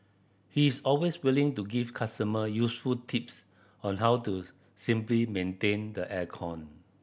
he is always willing to give customer useful tips on how to simply maintain the air con